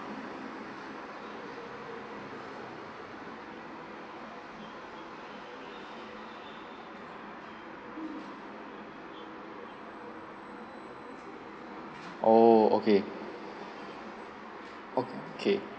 oh okay okay